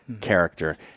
character